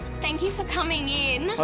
thank you for coming in.